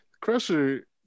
Crusher